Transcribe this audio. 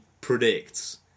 predicts